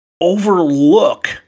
overlook